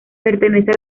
pertenece